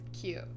cute